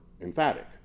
emphatic